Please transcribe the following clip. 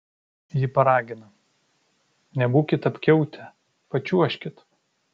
ji paragina nebūkit apkiautę pačiuožkit